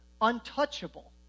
untouchable